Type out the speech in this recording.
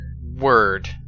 word